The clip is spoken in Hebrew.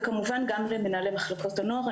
וכמובן גם למנהלי מחלקות הנוער.